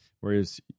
Whereas